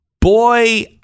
boy